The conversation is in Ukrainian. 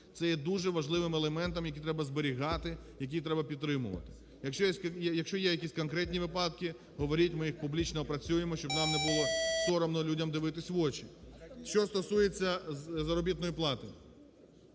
це є дуже важливим елементом, які треба зберігати, які треба підтримувати. Якщо є якісь конкретні випадки, говоріть, ми їх публічно опрацюємо, щоб нам не було соромно людям дивитися в очі. Що стосується заробітної плати.